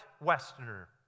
Westerner